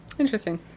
interesting